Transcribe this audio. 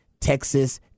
Texas